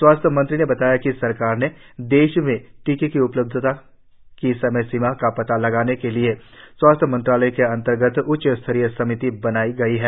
स्वास्थ्य मंत्री ने बताया कि सरकार ने देश में टीके की उपलब्धता की समय सीमा का पता लगाने के लिए स्वास्थ्य मंत्रालय के अंतर्गत उच्चस्तरीय समितियां बनाई गई हैं